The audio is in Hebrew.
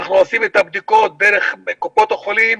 אנחנו עושים את הבדיקות דרך קופות החולים,